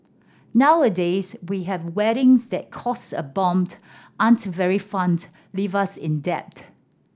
nowadays we have weddings that cost a bombed aren't very fined and leave us in debt